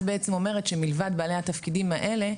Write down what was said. את בעצם אומרת שמלבד בעלי התפקידים האלה,